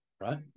right